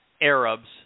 Arabs